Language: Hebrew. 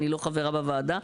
אני לא חברה בוועדה,